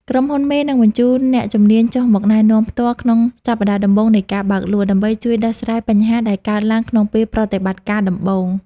ក្រុមហ៊ុនមេនឹងបញ្ជូន "អ្នកជំនាញចុះមកណែនាំផ្ទាល់" ក្នុងសប្ដាហ៍ដំបូងនៃការបើកលក់ ដើម្បីជួយដោះស្រាយបញ្ហាដែលកើតឡើងក្នុងពេលប្រតិបត្តិការដំបូង។